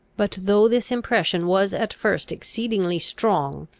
but though this impression was at first exceedingly strong,